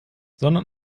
sondern